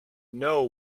know